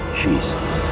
jesus